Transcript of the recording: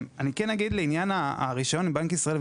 לעניין הרישיון מבנק ישראל,